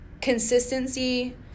consistency